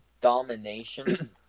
Domination